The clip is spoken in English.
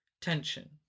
tension